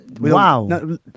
Wow